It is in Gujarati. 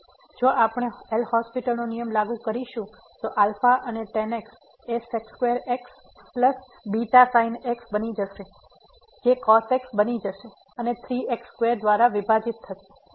તેથી જો આપણે એલહોસ્પિટલL'Hospitalનો નિયમ લાગુ કરીશું તો α અને tan x એ x β sin x બની જશે જે cos x બની જશે અને 3 x2 દ્વારા વિભાજિત થશે